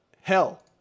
Hell